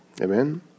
Amen